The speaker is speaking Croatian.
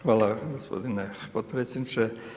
Hvala gospodine potpredsjedniče.